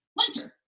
Winter